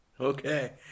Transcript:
Okay